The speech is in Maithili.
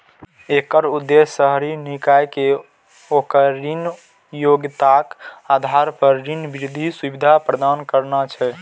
एकर उद्देश्य शहरी निकाय कें ओकर ऋण योग्यताक आधार पर ऋण वृद्धि सुविधा प्रदान करना छै